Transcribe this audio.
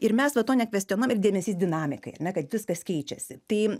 ir mes va to nekvestionuojam ir dėmesys dinamikai ar ne kad viskas keičiasi tai